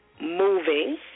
Moving